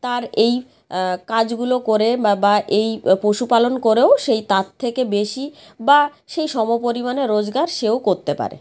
তার এই কাজগুলো করে বা বা এই পশুপালন করেও সেই তার থেকে বেশি বা সেই সমপরিমাণে রোজগার সেও করতে পারে